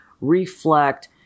reflect